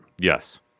Yes